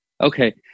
Okay